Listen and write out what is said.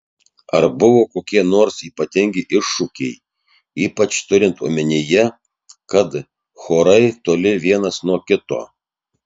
ar buvo kokie nors ypatingi iššūkiai ypač turint omenyje kad chorai toli vienas nuo kito